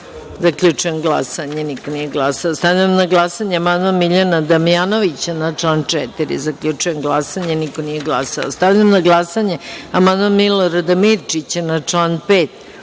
3.Zaključujem glasanje: niko nije glasao. Stavljam na glasanje amandman Miljana Damjanovića na član 4.Zaključujem glasanje: niko nije glasao. Stavljam na glasanje amandman Milorada Mirčića na član